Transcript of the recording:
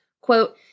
Quote